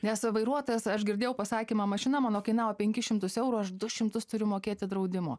nes vairuotojas aš girdėjau pasakymą mašina mano kainavo penkis šimtus eurų aš du šimtus turi mokėti draudimo